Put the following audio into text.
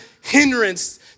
hindrance